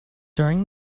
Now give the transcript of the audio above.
during